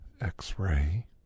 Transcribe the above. x-ray